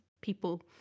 people